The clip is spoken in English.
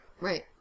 Right